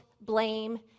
blame